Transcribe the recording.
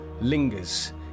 lingers